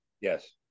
Yes